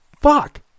Fuck